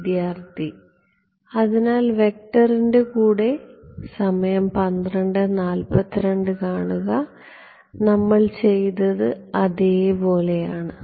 വിദ്യാർത്ഥി അതിനാൽ വെക്ടറിൻറെ കൂടെ നമ്മൾ ചെയ്തത് അതേ പോലെയാണ്